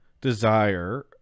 desire